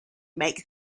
make